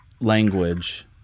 language